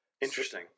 Interesting